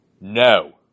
No